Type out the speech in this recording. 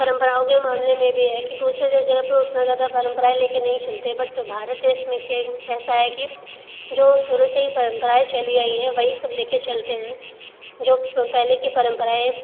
परंपराओं के मामले में भी है कि दूसरे जगह पर उतना ज़्यादा परंपराएं ले के नहीं चलते बट भारत देश में क्या ऐसा है कि जो शुरू से ही परम्पराएं चली आई है वही सब ले के चलते हैं जो पहले के परम्पराएं